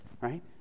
right